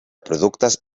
productes